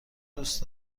دوست